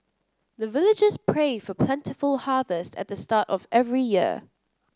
the villagers pray for plentiful harvest at the start of every year